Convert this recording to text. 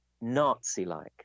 nazi-like